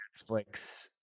Netflix